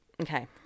Okay